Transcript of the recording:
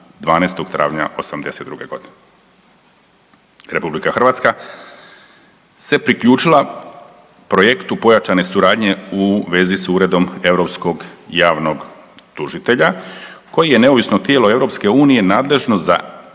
12. travnja '82.g. RH se priključila projektu pojačane suradnje u vezi s Uredom europskog javnog tužitelja koji je neovisno tijelo EU nadležno za